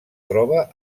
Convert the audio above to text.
troba